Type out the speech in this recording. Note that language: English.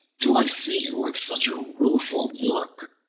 do i see you with such a rueful look?